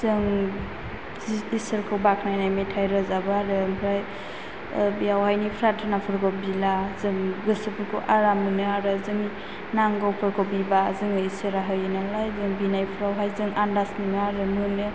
जों जि इसोरखौ बाखनायनाय मेथाइ रोजाबो आरो ओमफ्राय बेवहायनो प्राथनाफोरखौ बिला जों गोसोफोरखौ आराम मोनो आरो जोंनि नांगौफोरखौ बिबा जोंनो इसोरा होयो नालाय जों बिनायखौहाय जों आनदाज मोनो आरो मोनो